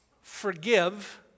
forgive